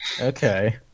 Okay